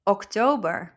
Oktober